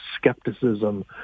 skepticism